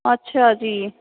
ਅੱਛਾ ਜੀ